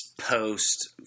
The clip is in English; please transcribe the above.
post